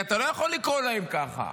אתה לא יכול לקרוא להם ככה,